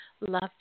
love